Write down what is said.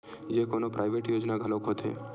का कोनो प्राइवेट योजना घलोक होथे?